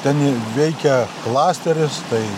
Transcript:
ten ir veikia klasteris tai